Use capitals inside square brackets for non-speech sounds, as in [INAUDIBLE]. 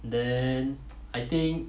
then [NOISE] I think